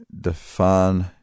define